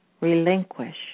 relinquish